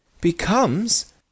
becomes